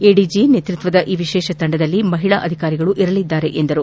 ADG ನೇತೃತ್ವದ ಈ ವಿಶೇಷ ತಂಡದಲ್ಲಿ ಮಹಿಳಾ ಅಧಿಕಾರಿಗಳೂ ಇರಲಿದ್ದಾರೆ ಎಂದರು